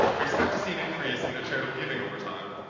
we expect to see an increase in their charitable giving over time.